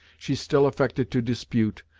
she still affected to dispute,